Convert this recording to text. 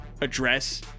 address